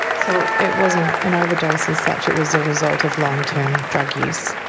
so it wasn't an overdose as such, it was a result of long-term drug use?